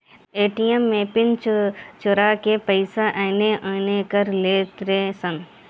ATM में PIN चोरा के पईसा एने ओने कर लेतारे सन